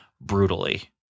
brutally